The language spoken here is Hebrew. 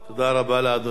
תודה רבה לאדוני.